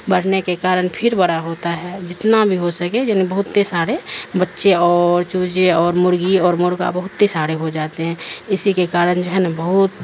بڑھنے کے کارن پھر بڑا ہوتا ہے جتنا بھی ہو سکے جع بہتتے سارے بچے اور چجے اور مرغی اور مرغہ بہتتے سارے ہو جاتے ہیں اسی کے کارن جو ہے نا بہت